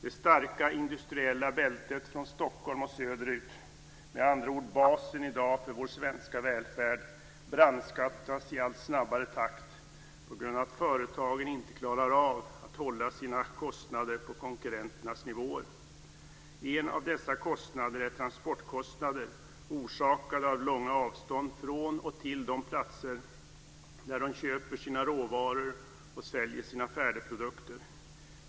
Det starka industriella bältet från Stockholm och söderut - med andra ord dagens bas för vår svenska välfärd - brandskattas i allt snabbare takt på grund av att företagen inte klarar av att hålla sina kostnader på konkurrenternas nivåer. En av dessa kostnader är transportkostnader, orsakade av långa avstånd från och till de platser där de köper sina råvaror och säljer sina färdigprodukter.